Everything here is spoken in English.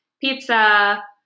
pizza